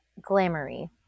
glamoury